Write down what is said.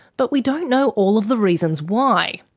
but we don't know all of the reasons why.